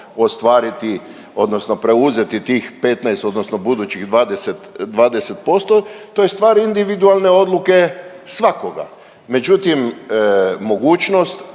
ostvariti, odnosno preuzeti tih 15 odnosno budućih 20% to je stvar individualne odluke svakoga. Međutim, mogućnost